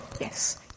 Yes